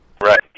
Right